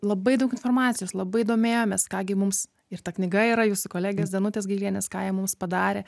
labai daug informacijos labai domėjomės ką gi mums ir ta knyga yra jūsų kolegės danutės gailienės ką jie mums padarė